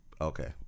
Okay